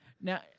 now